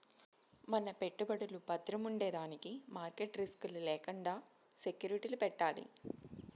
మన పెట్టుబడులు బద్రముండేదానికి మార్కెట్ రిస్క్ లు లేకండా సెక్యూరిటీలు పెట్టాలి